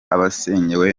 abasenyewe